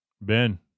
Ben